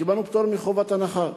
קיבלנו פטור מחובת הנחה,